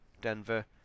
Denver